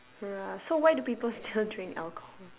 ya so why do people still drink alcohol